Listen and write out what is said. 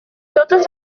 totes